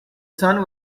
sun